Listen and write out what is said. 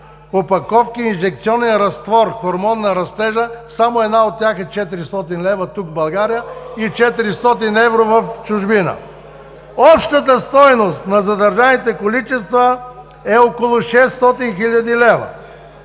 опаковки инжекционен разтвор „хормон на растежа“ – само една от тях е 400 лв. тук в България и 400 евро в чужбина. Общата стойност на задържаните количества е около 600 хиляди лева.